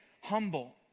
humble